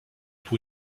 pour